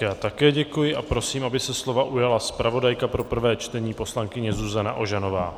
Já také děkuji a prosím, aby se slova ujala zpravodajka pro prvé čtení poslankyně Zuzana Ožanová.